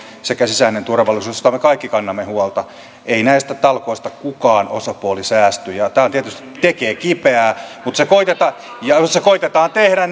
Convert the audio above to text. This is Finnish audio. sekä sisäinen turvallisuus josta me kaikki kannamme huolta ei näistä talkoista kukaan osapuoli säästy ja tämä tietysti tekee kipeää mutta se koetetaan tehdä